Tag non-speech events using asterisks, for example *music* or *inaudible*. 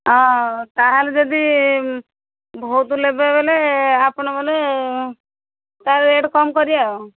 ତା'ହେଲେ ଯଦି ବହୁତ ନେବେ ବୋଲେ ଆପଣ ମାନେ ତା ରେଟ୍ *unintelligible* କମ୍ କରିବା